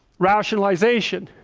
rationalization,